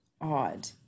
odd